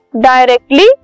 directly